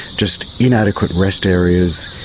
just inadequate rest areas,